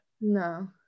No